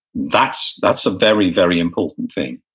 that's that's a very, very important thing.